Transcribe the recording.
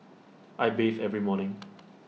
I bathe every morning